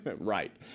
right